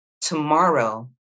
Tomorrow